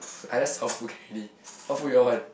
I just helpful can already what food you all want